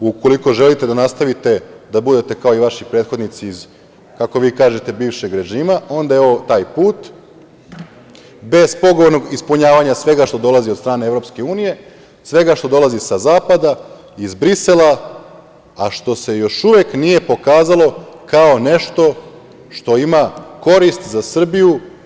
Ukoliko želite da nastavite da budete kao i vaši prethodnici, kako vi kažete, bivšeg režima, onda je ovo taj put, bespogovornog ispunjavanja svega što dolazi od strane EU, svega što dolazi sa zapada, iz Brisela, a što se još uvek nije pokazalo kao nešto što ima korist za Srbiju.